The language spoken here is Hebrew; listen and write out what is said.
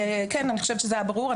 כן, אני חושבת שזה היה ברור.